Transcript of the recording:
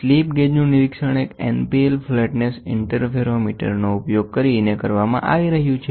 slip ગેજનું નિરીક્ષણ એક NPL ફ્લેટનેસ ઇન્ટરફેરોમીટરનો ઉપયોગ કરીને કરવામાં આવી રહ્યું છે